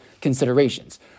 considerations